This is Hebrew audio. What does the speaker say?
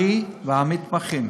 הר"י והמתמחים.